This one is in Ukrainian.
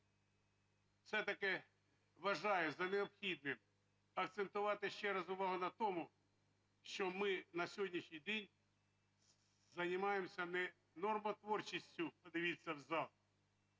все-таки вважаю за необхідне акцентувати ще раз увагу на тому, що ми на сьогоднішній день займаємося не нормотворчістю, подивіться в зал,